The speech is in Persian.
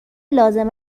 لازم